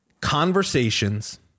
conversations